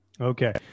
Okay